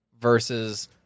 versus